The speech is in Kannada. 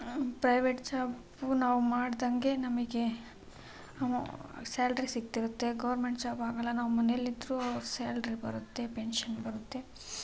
ಪ್ರೈವೇಟ್ ಜಾಬ್ ನಾವು ಮಾಡಿದಂಗೆ ನಮಗೆ ಅವ್ ಸ್ಯಾಲ್ರಿ ಸಿಕ್ತಿರುತ್ತೆ ಗೌರ್ಮೆಂಟ್ ಜಾಬ್ ಹಾಗಲ್ಲ ನಾವು ಮನೆಯಲ್ಲಿದ್ರೂ ಸ್ಯಾಲ್ರಿ ಬರುತ್ತೆ ಪೆನ್ಶನ್ ಬರುತ್ತೆ